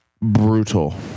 brutal